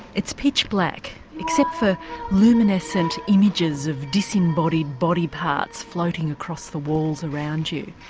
it's pitch black except for luminescent images of disembodied body parts floating across the walls around you.